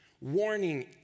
Warning